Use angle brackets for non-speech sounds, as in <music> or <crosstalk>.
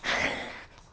<laughs>